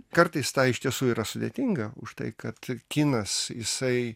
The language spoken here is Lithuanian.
kartais tą iš tiesų yra sudėtinga už tai kad kinas jisai